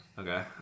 Okay